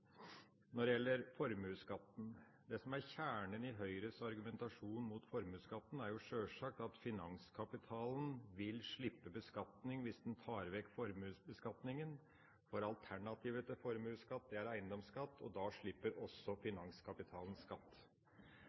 Når det gjelder formuesskatten, er det som er kjernen i Høyres argumentasjon mot formuesskatten, sjølsagt at finanskapitalen vil slippe beskatning hvis en tar vekk formuesbeskatningen, for alternativet til formuesskatt er eiendomsskatt, og da slipper også finanskapitalen skatt.